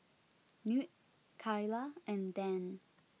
Knute Kyla and Dan